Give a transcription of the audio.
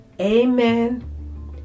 Amen